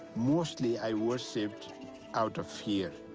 mostly i worshipped out of fear.